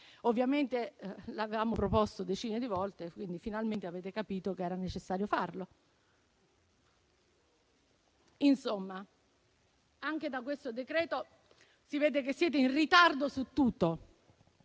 Ovviamente l'avevamo proposto decine di volte, quindi finalmente avete capito che era necessario farlo. Insomma, anche da questo decreto si vede che siete in ritardo su tutto.